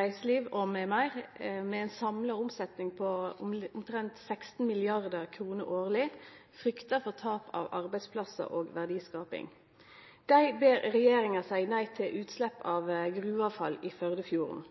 reiseliv mv., med ein samla omsetnad på om lag 16 mrd. kr, fryktar for tap av arbeidsplassar og verdiskaping. Dei ber regjeringa seie nei til utslepp av gruveavfall i Førdefjorden.